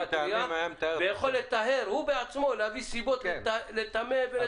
ויכול לטהר הוא בעצמו, להביא סיבות לטמא.